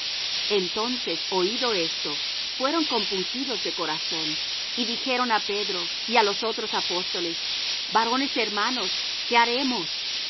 entonces oído esto fueron compungidos de corazón y dijeron á pedro y á los otros apóstoles varones hermanos qué haremos